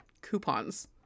coupons